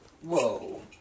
Whoa